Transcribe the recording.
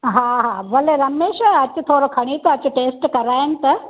हा हा भले रमेश अचु थोरो खणी त अचु टेस्ट कराइनि त